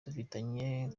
dufitanye